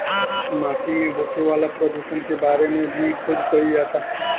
माटी में होखे वाला प्रदुषण के बारे में भी खोज कईल जाता